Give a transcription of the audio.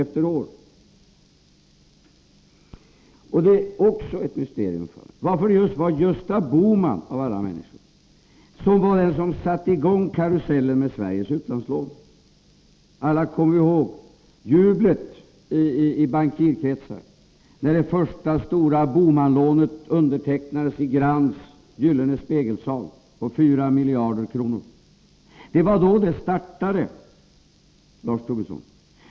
Det är också ett mysterium för mig varför det just var Gösta Bohman av alla människor som satte i gång karusellen med Sveriges utlandslån. Alla kommer ju ihåg jublet i bankirkretsar när det första stora Bohmanlånet på 4 miljarder undertecknades i Grands gyllene spegelsal. Det var då det startade, Lars Tobisson.